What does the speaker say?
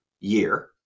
year